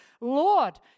Lord